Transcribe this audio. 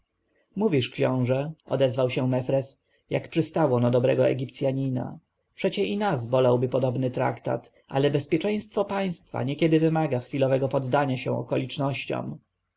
mówisz książę odezwał się mefres jak przystało na dobrego egipcjanina przecie i nas bolałby podobny traktat ale bezpieczeństwo państwa niekiedy wymaga chwilowego poddania się okolicznościom